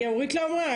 אורית לא אמרה,